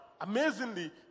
amazingly